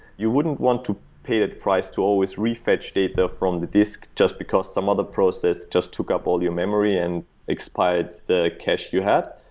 you wouldn't want to pay the price to always re-fetch data from the disc just because some other process just took up all your memory and expired the cache you have.